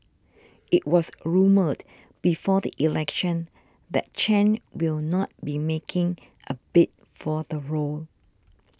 it was rumoured before the election that Chen will not be making a bid for the role